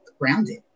grounded